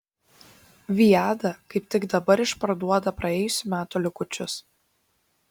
viada kaip tik dabar išparduoda praėjusių metų likučius